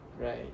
Right